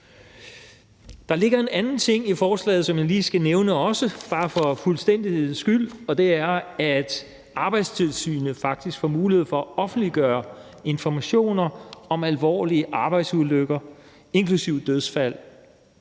Der ligger en anden ting i lovforslaget, som jeg lige skal nævne, bare for fuldstændighedens skyld. Det er, at Arbejdstilsynet faktisk får mulighed for at offentliggøre informationer om alvorlige arbejdsulykker, inklusive dødsfald,